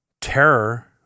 terror